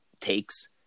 takes